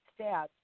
stats